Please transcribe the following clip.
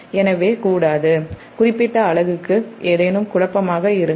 எனவேகுறிப்பிட்ட அலகுக்கு ஏதேனும் குழப்பமாக இருக்கக் கூடாது